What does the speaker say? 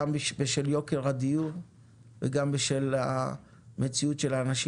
גם בשל יוקר הדיור וגם בשל המציאות שלאנשים